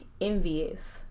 envious